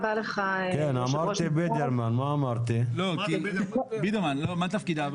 מה תפקידה?